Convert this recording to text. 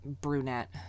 brunette